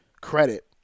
credit